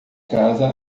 casa